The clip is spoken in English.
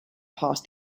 past